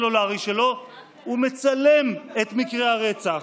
שולף את הסלולרי שלו ומצלם את מקרה הרצח.